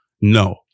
no